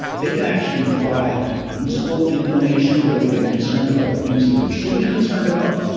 they can actually drive useful inflammation where we get concerned about the things that we should be concerned about,